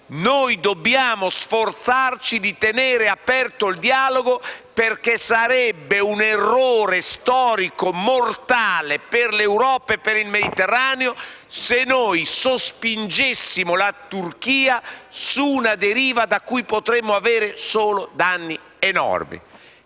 - dobbiamo sforzarci di tenere aperto il dialogo. Sarebbe un errore storico mortale per l'Europa e il Mediterraneo se sospingessimo la Turchia su una deriva da cui potremmo avere solo danni enormi.